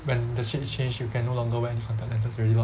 when the shape change you can no longer wear any contact lenses already lor